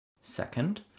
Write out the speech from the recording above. Second